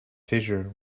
fissure